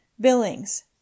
Billings